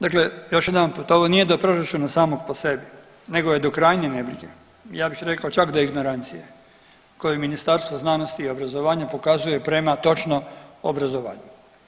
Dakle još jedanputa, ovo nije do proračuna samog po sebi, nego je do krajnje nebrige, ja bih rekao čak do ignorancije koju Ministarstvo znanosti i obrazovanja prema točno obrazovanju.